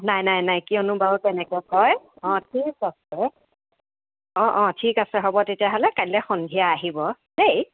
নাই নাই নাই কিয়নো বাৰু তেনেকৈ কয় অঁ ঠিক আছে অঁ অঁ ঠিক আছে হ'ব তেতিয়াহ'লে কলিলৈ সন্ধিয়া আহিব দেই